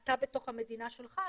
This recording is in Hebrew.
אתה בתוך המדינה שלך.